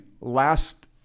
last